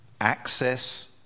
Access